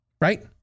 Right